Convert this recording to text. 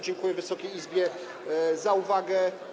Dziękuję Wysokiej Izbie za uwagę.